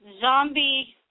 zombie